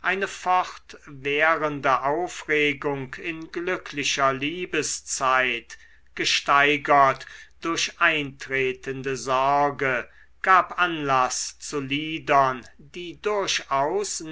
eine fortwährende aufregung in glücklicher liebeszeit gesteigert durch eintretende sorge gab anlaß zu liedern die durchaus